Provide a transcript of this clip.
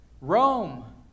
Rome